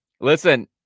Listen